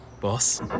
boss